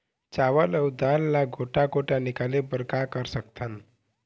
चावल अऊ दाल ला गोटा गोटा निकाले बर का कर सकथन?